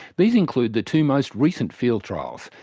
these include the two most recent field trials,